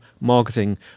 Marketing